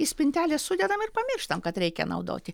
į spintelės sudedam ir pamirštam kad reikia naudoti